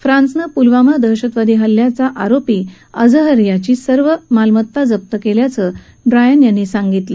फ्रासनं पुलवामा दहशतवादी हल्ल्याचा आरोपी अजहरची सर्व संपत्ती जप्त केल्याचं ड्रायन यांनी सांगितलं